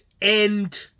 end